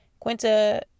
Quinta